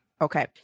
Okay